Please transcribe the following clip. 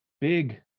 big